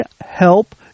help